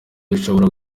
bushobora